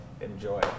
enjoy